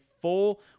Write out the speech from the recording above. full